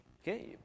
Okay